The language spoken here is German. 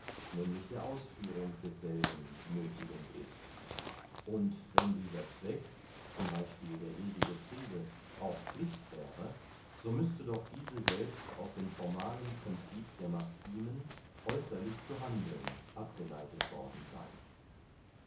nämlich der ausführung desselben nöthigend ist und wenn dieser zweck z b der ewige friede auch pflicht wäre so müßte doch diese selbst aus dem formalen princip der maximen äußerlich zu handeln abgeleitet worden seyn